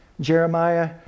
Jeremiah